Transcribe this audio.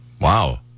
Wow